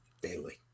Daily